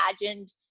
imagined